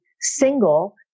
single